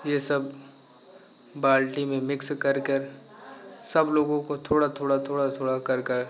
ये सब बाल्टी में मिक्स कर कर सब लोगों को थोड़ा थोड़ा थोड़ा थोड़ा कर कर